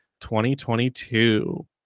2022